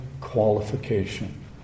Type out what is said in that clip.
qualification